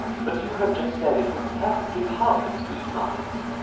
but you have just said it was perfectly heartless to eat muffins.